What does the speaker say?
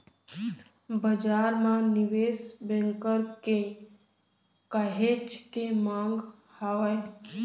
बजार म निवेस बेंकर के काहेच के मांग हावय